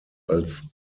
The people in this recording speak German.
als